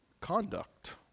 conduct